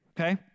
okay